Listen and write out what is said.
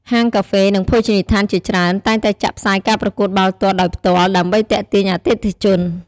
ហាងកាហ្វេ និងភោជនីយដ្ឋានជាច្រើនតែងតែចាក់ផ្សាយការប្រកួតបាល់ទាត់ដោយផ្ទាល់ ដើម្បីទាក់ទាញអតិថិជន។